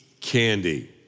Candy